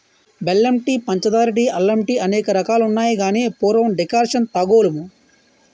బెల్లం టీ పంచదార టీ అల్లం టీఅనేక రకాలున్నాయి గాని పూర్వం డికర్షణ తాగోలుము